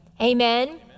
Amen